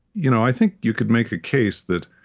you know i think you could make a case that,